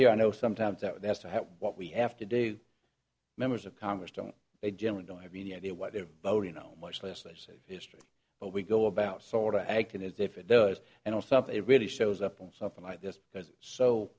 here i know sometimes that as to what we have to do members of congress don't they generally don't have any idea what a load you know much less i say history but we go about sorta acting as if it does and i'll stop it really shows up on something like this